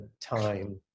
time